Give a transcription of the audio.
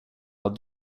att